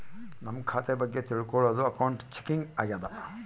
ನಮ್ ಖಾತೆ ಬಗ್ಗೆ ತಿಲ್ಕೊಳೋದು ಅಕೌಂಟ್ ಚೆಕಿಂಗ್ ಆಗ್ಯಾದ